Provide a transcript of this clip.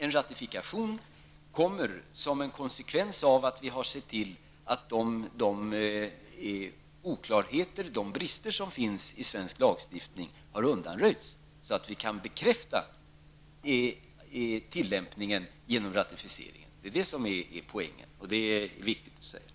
En ratifikation kommer som en konsekvens av att vi har sett till att de oklarheter och brister som finns i svensk lagstiftning har undanröjts, så att vi kan bekräfta tillämpningen genom en ratificering. Det är detta som är poängen, och det är det viktigt att säga.